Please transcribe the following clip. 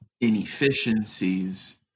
inefficiencies